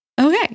Okay